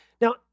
Now